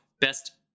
Best